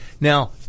now